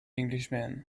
englishman